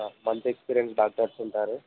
అ మంచి experienced doctors ఉంటారు